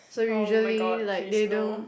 oh-my-god please no